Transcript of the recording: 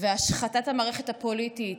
והשחתת המערכת הפוליטית